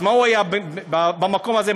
אז מה הוא היה במקום הזה?